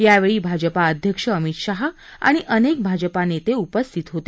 यावेळी भाजपा अध्यक्ष अमित शहा आणि अनेक भाजपा नेते उपस्थित होते